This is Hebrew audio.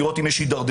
לראות אם יש הידרדרות,